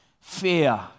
Fear